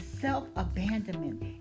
Self-abandonment